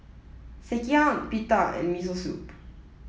Sekihan Pita and Miso Soup